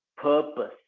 purpose